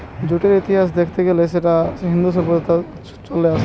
জুটের ইতিহাস দেখত গ্যালে সেটা ইন্দু সভ্যতা থিকে চলে আসছে